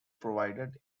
provided